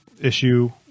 issue